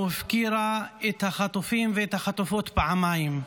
הפקירה את החטופים ואת החטופות פעמיים.